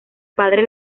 padre